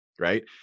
right